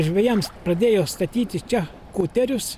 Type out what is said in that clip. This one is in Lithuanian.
žvejams pradėjo statyti čia kuterius